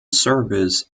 service